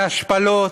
והשפלות,